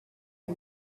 est